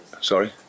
Sorry